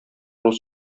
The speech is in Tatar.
рус